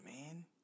man